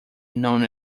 non